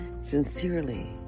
sincerely